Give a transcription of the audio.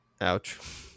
ouch